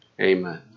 amen